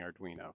Arduino